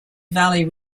valley